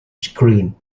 screen